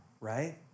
right